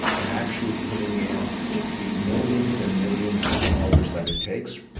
and actually putting in the millions and millions of dollars that it takes.